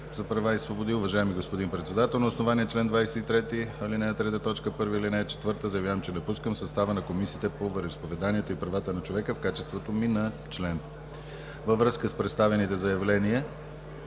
Във връзка с представените заявления